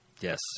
yes